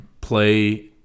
play